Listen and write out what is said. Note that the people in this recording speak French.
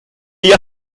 hier